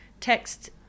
text